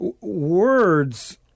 words